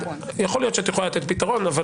יכול להיות שאת יכולה לתת פתרון אבל